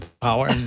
power